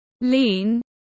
lean